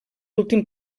últim